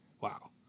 Wow